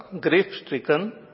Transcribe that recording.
grief-stricken